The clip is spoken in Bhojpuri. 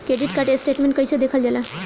क्रेडिट कार्ड स्टेटमेंट कइसे देखल जाला?